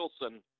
Wilson